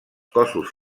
cossos